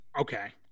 okay